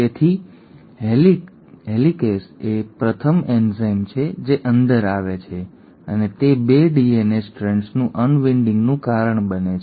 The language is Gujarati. તેથી હેલિકેસ એ પ્રથમ એન્ઝાઇમ છે જે અંદર આવે છે અને તે ૨ ડીએનએ સ્ટ્રેન્ડ્સને અનવિન્ડિંગનું કારણ બને છે